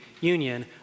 union